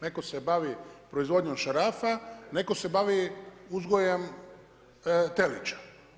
Netko se bavi proizvodnjom šarafa, netko se bavi uzgojem telića.